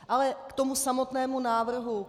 Ale k tomu samotnému návrhu.